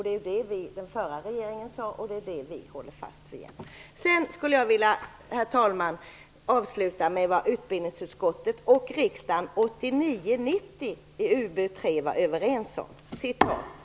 Det var det som den förra regeringen sade, och det är det som vi håller fast vid. Jag skulle vilja avsluta, herr talman, med att citera vad utbildningsutskottet och riksdagen var överens om 1989/90 i UbU3, men jag får återkomma till det.